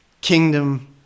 kingdom